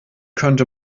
könnte